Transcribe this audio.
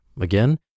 again